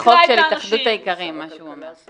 זאת הצעת חוק של התאחדות האיכרים, מה שהוא אומר.